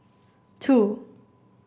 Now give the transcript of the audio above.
two